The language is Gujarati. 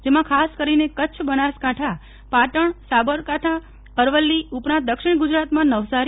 જેમા ખાસ કરીને કચ્છ બનાસકાંઠા પાટણ સાબરકાંઠા અરવલ્લી ઉપરાંત દક્ષિણ ગુજરાતમાં નવસારી